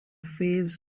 phase